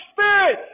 Spirit